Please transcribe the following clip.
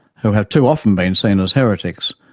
who have too often been seen as heretics,